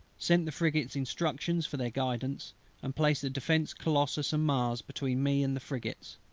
sent the frigates instructions for their guidance and placed the defence, colossus, and mars, between me and the frigates.